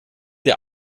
der